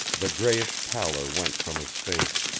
the grayish pallor went from his face.